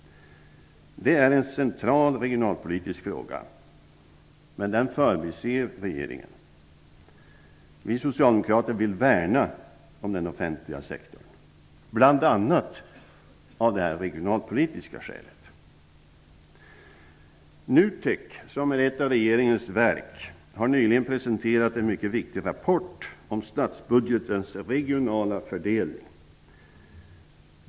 Det är en central regionalpolitisk fråga, men regeringen förbiser den. Vi socialdemokrater vill värna om den offentliga sektorn, bl.a. av detta regionalpolitiska skäl. NUTEK, som är ett av regeringens verk, har nyligen presenterat en mycket viktig rapport om statsbudgetens regionala fördelning.